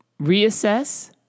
reassess